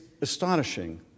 astonishing